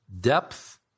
depth